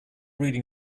reading